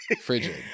Frigid